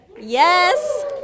Yes